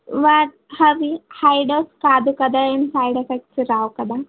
అవి high dose కాదు కదా ఏం సైడ్ ఎఫెక్ట్స్ రావు కదా